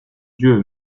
dieu